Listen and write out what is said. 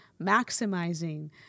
maximizing